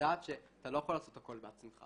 לדעת שאתה לא יכול לעשות הכל בעצמך.